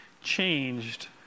changed